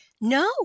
No